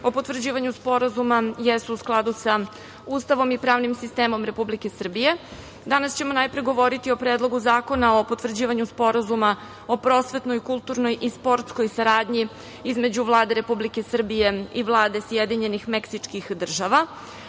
o potvrđivanju sporazuma jesu u skladu sa Ustavom i pravnim sistemom Republike Srbije. Danas ćemo najpre govoriti o Predlogu zakona o potvrđivanju Sporazuma o prosvetnoj, kulturnoj i sportskoj saradnji između Vlade Republike Srbije i Vlade Sjedinjenih Meksičkih Država.